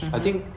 mmhmm